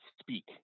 speak